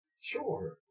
sure